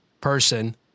person